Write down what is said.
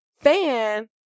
fan